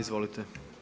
Izvolite.